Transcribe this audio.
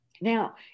Now